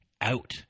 out